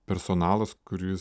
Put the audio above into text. personalas kuris